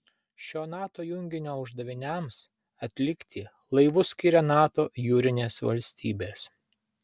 šio nato junginio uždaviniams atlikti laivus skiria nato jūrinės valstybės